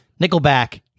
Nickelback